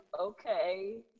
okay